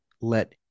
let